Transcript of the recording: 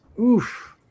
Oof